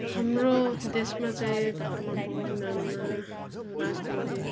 हाम्रो देशमा चाहिँ धर्मको नाममा राजनीति